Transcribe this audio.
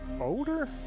older